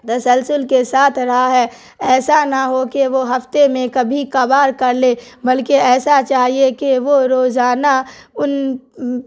تسلسل کے ساتھ رہا ہے ایسا نہ ہو کہ وہ ہفتے میں کبھی کبھار کر لے بلکہ ایسا چاہیے کہ وہ روزانہ ان